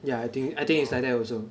ya I think I think it's like that also